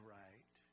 right